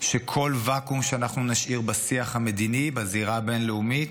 שכל ואקום שנשאיר בשיח המדיני, בזירה הבין-לאומית,